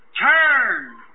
turn